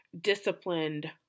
disciplined